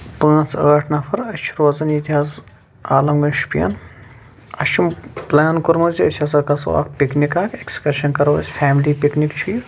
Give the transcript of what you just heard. پانٛژھ ٲٹھ نفر أسۍ چھِ روزان ییٚتہِ حظ عالم گڑھ شوپین اسہِ چھُ پٕلین کوٚرمُت زِ أسۍ ہسا گژھو اکھ پِکنِک اکھ ایٚکٕسکرشن کرو أسۍ فیملی پِکِنِک چھُ یہِ